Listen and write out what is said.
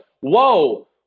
whoa